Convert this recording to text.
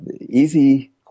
easy